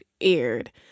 aired